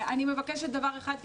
אני מבקשת דבר אחד,